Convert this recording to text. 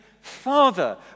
Father